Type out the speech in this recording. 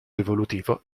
evolutivo